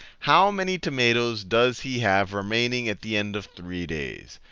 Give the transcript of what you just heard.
how many tomatoes does he have remaining at the end of three days?